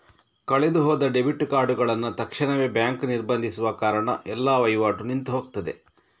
ಕಳೆದು ಹೋದ ಡೆಬಿಟ್ ಕಾರ್ಡುಗಳನ್ನ ತಕ್ಷಣವೇ ಬ್ಯಾಂಕು ನಿರ್ಬಂಧಿಸುವ ಕಾರಣ ಎಲ್ಲ ವೈವಾಟು ನಿಂತು ಹೋಗ್ತದೆ